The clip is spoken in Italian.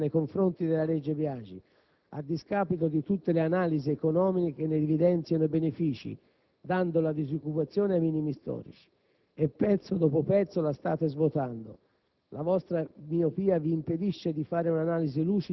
Continuate poi a ripetere la vostra assoluta contrarietà nei confronti della legge Biagi, a discapito di tutte le analisi economiche che ne evidenziano i benefìci, dando la disoccupazione ai minimi storici. E, pezzo dopo pezzo, la state svuotando.